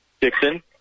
Dixon